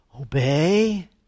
Obey